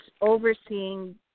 overseeing